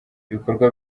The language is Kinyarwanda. ibikorwa